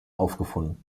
aufgefunden